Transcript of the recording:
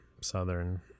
Southern